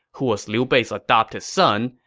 who was liu bei's adopted son,